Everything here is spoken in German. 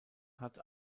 hat